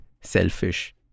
selfish